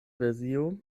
versio